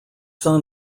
son